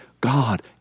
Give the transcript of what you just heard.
god